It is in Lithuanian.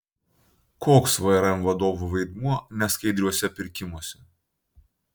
koks vrm vadovų vaidmuo neskaidriuose pirkimuose